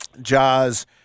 Jaws